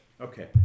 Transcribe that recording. okay